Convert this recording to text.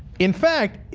in fact,